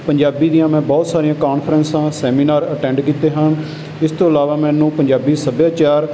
ਪੰਜਾਬੀ ਦੀਆਂ ਮੈਂ ਬਹੁਤ ਸਾਰੀਆਂ ਕਾਨਫਰੰਸਾਂ ਸੈਮੀਨਾਰ ਅਟੈਂਡ ਕੀਤੇ ਹਨ ਇਸ ਤੋਂ ਇਲਾਵਾ ਮੈਨੂੰ ਪੰਜਾਬੀ ਸੱਭਿਆਚਾਰ